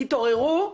תתעוררו,